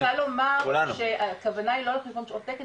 אני רוצה לומר שהכוונה היא לא על חשבון שעות תקן,